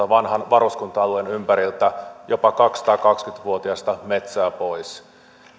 vanhan varuskunta alueen ympäriltä jopa kaksisataakaksikymmentä vuotiasta metsää pois